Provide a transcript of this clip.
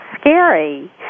scary